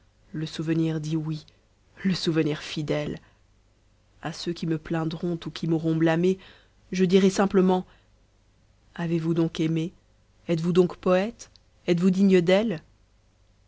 le souvenir dit oui le souvenir fidèle a ceux qui me plaindront ou qui m'auront blâmé je dirai simplement avez-vous donc aimé etes-vous donc poète êtes-vous digne d'elle